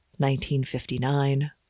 1959